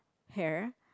hair